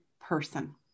person